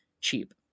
cheap